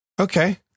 Okay